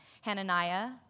Hananiah